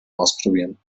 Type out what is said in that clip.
ausprobieren